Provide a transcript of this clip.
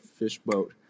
Fishboat